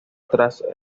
tras